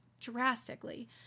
drastically